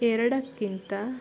ಎರಡಕ್ಕಿಂತ